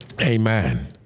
Amen